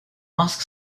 ask